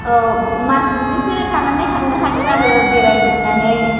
औ मास मोनसेसो थानानै थांनो हागोन आरो बेरायजोबनानै